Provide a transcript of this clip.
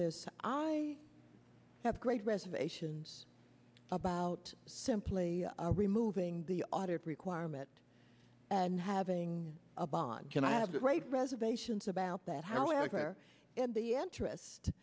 this i have great reservations about simply removing the audit requirement and having a bond and i have great reservations about that however in the interest